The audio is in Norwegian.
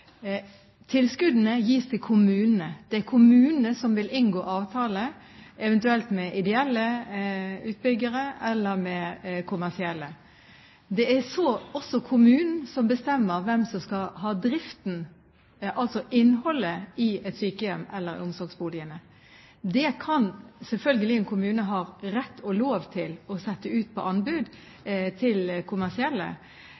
Tilskuddene gis til kommunene. Det er kommunene som vil inngå avtale, eventuelt med ideelle utbyggere eller med kommersielle. Det er også kommunen som bestemmer hvem som skal ha driften, altså innholdet i sykehjemmet eller omsorgsboligene. Det kan selvfølgelig en kommune ha rett og lov til å sette ut på anbud